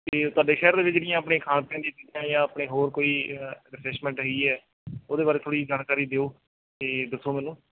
ਅਤੇ ਤੁਹਾਡੇ ਸ਼ਹਿਰ ਵਿਚ ਜਿਹੜੀਆਂ ਆਪਣੇ ਖਾਣ ਪੀਣ ਦੀਆਂ ਚੀਜ਼ਾਂ ਜਾਂ ਆਪਣੇ ਹੋਰ ਕੋਈ ਰਿਫਰੈਸ਼ਮੈਂਟ ਹੈਗੀ ਹੈ ਉਹਦੇ ਬਾਰੇ ਥੋੜ੍ਹੀ ਜਾਣਕਾਰੀ ਦਿਓ ਅਤੇ ਦੱਸੋ ਮੈਨੂੰ